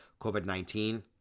COVID-19